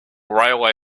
railway